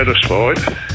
satisfied